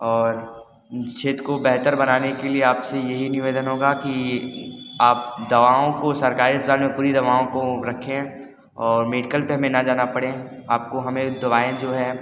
और इस क्षेत्र को बेहतर बनाने के लिए आपसे ये ही निवेदन होगा कि आप दवाओं को सरकारी अस्पताल में पूरी दवाओं को रखें और मेडिकल पर हमें न जाना पड़े आपको हमें दवाएँ जो हैं